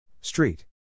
Street